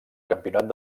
campionat